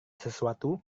sesuatu